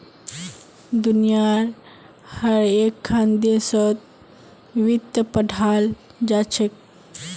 दुनियार हर एकखन देशत वित्त पढ़ाल जा छेक